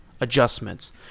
adjustments